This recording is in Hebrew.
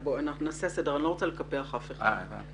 אנחנו נעשה סדר, אני לא רוצה לקפח אף אחד.